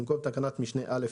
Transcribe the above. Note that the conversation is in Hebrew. במקום תקנת משנה (א)